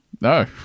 No